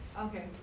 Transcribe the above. Okay